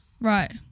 Right